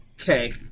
Okay